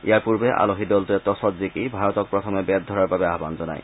ইয়াৰ পূৰ্বে আলহী দলটোৱে টছত জিকি ভাৰতক প্ৰথমে বেট ধৰাৰ বাবে আহবান জনায়